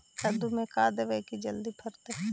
कददु मे का देबै की जल्दी फरतै?